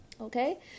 okay